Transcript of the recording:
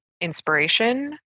inspiration